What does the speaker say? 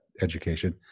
education